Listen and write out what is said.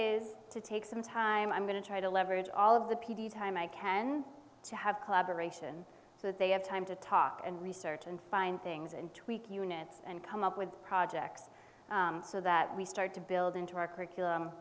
is to take some time i'm going to try to leverage all of the p d time i can to have collaboration so that they have time to talk and research and find things and tweak units and come up with projects so that we start to build into our curriculum